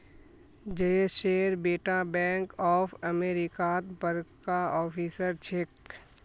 जयेशेर बेटा bank of अमेरिकात बड़का ऑफिसर छेक